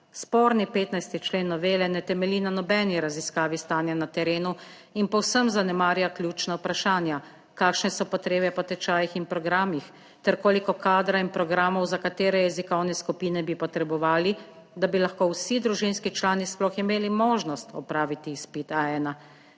Sporni 15. člen novele ne temelji na nobeni raziskavi stanja na terenu in povsem zanemarja ključna vprašanja, kakšne so potrebe po tečajih in programih ter koliko kadra in programov za katere jezikovne skupine bi potrebovali, da bi lahko vsi družinski člani sploh imeli možnost opraviti izpit A1?